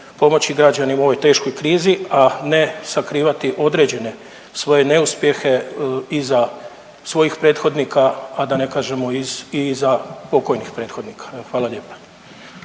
pomoći građanima u ovoj teškoj krizi, a ne sakrivati određene svoje neuspjehe iza svojih prethodnika, a da ne kažemo iz i iza pokojnih prethodnika, evo hvala lijepa.